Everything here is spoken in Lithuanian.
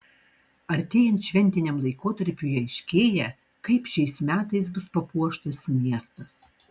artėjant šventiniam laikotarpiui aiškėja kaip šiais metais bus papuoštas miestas